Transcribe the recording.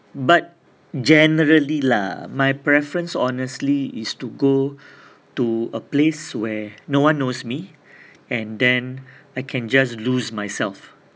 but generally lah my preference honestly is to go to a place where no one knows me and then I can just lose myself